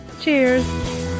Cheers